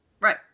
right